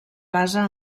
basa